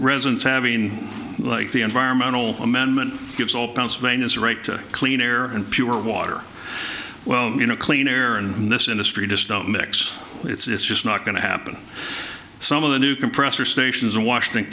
residents having like the environmental amendment gives opens vainest right to clean air and pure water well you know clean air and in this industry just don't mix it's just not going to happen some of the new compressor stations in washington